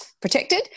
protected